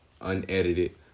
unedited